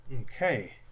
Okay